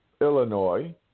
Illinois